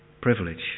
privilege